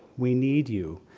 we need you,